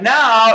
now